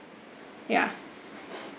ya